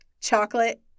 chocolate